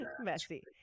messy